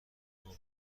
محمدی